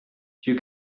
you